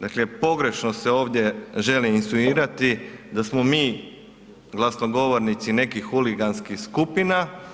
Dakle, pogrešno se ovdje želi insinuirati da smo mi glasnogovornici nekih huliganskih skupina.